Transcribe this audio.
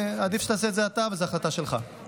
עדיף שתעשה את זה אתה, אבל זו החלטה שלך.